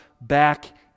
back